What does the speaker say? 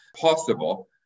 possible